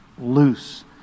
loose